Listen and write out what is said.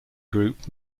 group